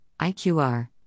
IQR